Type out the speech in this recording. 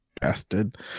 bastard